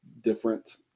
different